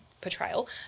Portrayal